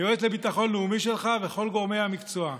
מהיועץ לביטחון לאומי שלך וכל גורמי המקצוע?